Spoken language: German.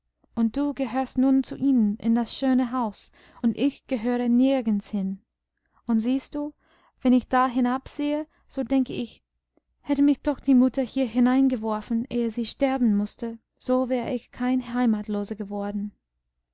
und du gehörst nun zu ihnen in das schöne haus und ich gehöre nirgends hin und siehst du wenn ich da hinabsehe so denke ich hätte mich doch die mutter hier hineingeworfen ehe sie sterben mußte so wäre ich kein heimatloser geworden